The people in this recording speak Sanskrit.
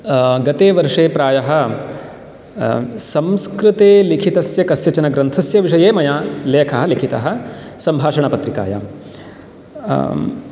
गते वर्षे प्रायः संस्कृते लिखितस्य कस्यचन ग्रन्थस्य विषये मया लेखः लिखितः सम्भाषणपत्रिकायां